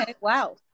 wow